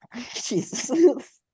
Jesus